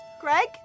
Greg